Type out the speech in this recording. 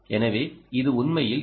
எனவே இது உண்மையில் எல்